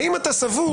והאם אתה סבור,